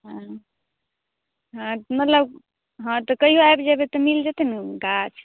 हँ हँ मतलब हँ तऽ कहिया आबि जेबै तऽ मिल जेतै ने गाछ